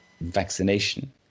vaccination